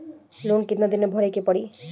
Loan कितना दिन मे भरे के पड़ी?